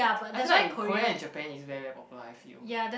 I feel like Korea and Japan is very very popular I feel